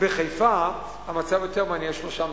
בחיפה המצב יותר מעניין, שלושה מתכננים.